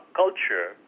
culture